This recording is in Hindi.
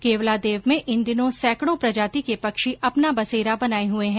केवलादेव में इन दिनों सैंकड़ों प्रजाति के पक्षी अपना बसेरा बनाए हुए है